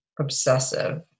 obsessive